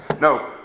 no